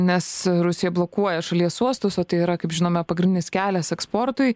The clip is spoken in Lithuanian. nes rusija blokuoja šalies uostus o tai yra kaip žinome pagrindinis kelias eksportui